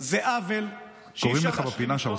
זה עוול שאי-אפשר להשלים איתו.